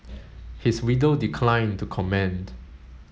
his widow declined to comment